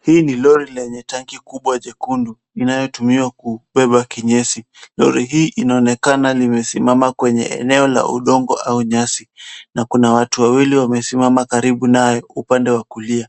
Hii ni lori lenya tanki kubwa jekundu, linalotumika kubeba kinyeshi. Lori hii linaonekana likiwa limesimama kwenye eneo la udongo au nyasi, na kuna watu wawili wamesimama karibu nayo upande wa kulia.